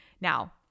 Now